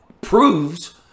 proves